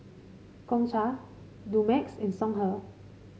Gongcha Dumex and Songhe